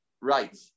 right